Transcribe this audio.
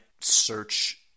search –